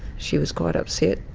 she was quite upset.